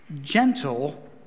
gentle